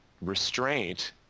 restraint